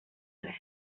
res